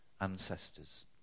ancestors